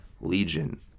Legion